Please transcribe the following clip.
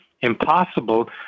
impossible